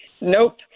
Nope